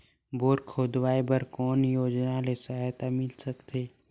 Bore खोदवाय बर कौन योजना ले सहायता मिल सकथे?